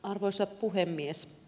arvoisa puhemies